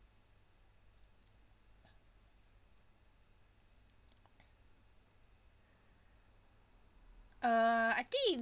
uh I think